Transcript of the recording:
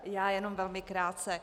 Já jenom velmi krátce.